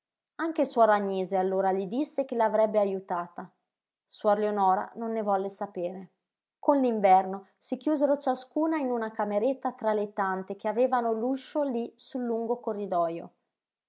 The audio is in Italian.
anche suor agnese allora le disse che la avrebbe ajutata suor leonora non ne volle sapere con l'inverno si chiusero ciascuna in una cameretta tra le tante che avevano l'uscio lí sul lungo corridojo